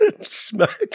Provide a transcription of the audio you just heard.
smoke